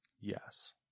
Yes